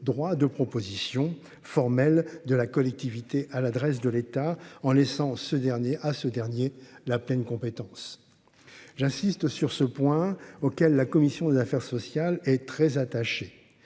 droits de proposition formelle de la collectivité à l'adresse de l'État en laissant ce dernier à ce dernier la pleine compétence. J'insiste sur ce point, auquel la commission des affaires sociales et très attaché